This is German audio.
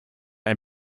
ein